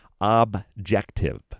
objective